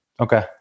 Okay